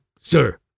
sir